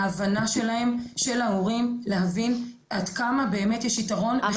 ההבנה שלהם של ההורים עד כמה באמת יש יתרון -- אבל